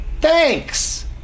Thanks